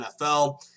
NFL